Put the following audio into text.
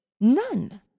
None